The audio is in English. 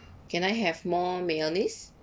can I have more mayonnaise